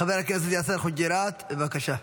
חבר הכנסת יאסר חוג'יראת, בבקשה,